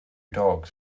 dogs